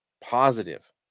positive